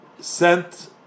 sent